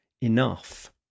enough